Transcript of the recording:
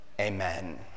Amen